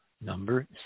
number